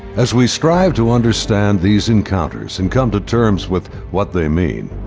as we strive to understand these encounters and come to terms with what they mean,